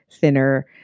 Thinner –